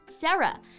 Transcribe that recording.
Sarah